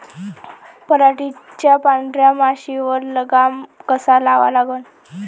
पराटीवरच्या पांढऱ्या माशीवर लगाम कसा लावा लागन?